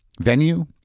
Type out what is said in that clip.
venue